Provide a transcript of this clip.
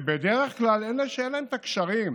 ובדרך כלל אלה שאין להם קשרים,